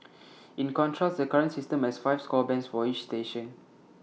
in contrast the current system has five score bands for each station